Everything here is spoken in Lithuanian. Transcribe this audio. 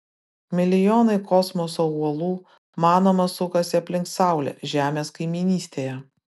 milijonai kosmoso uolų manoma sukasi aplink saulę žemės kaimynystėje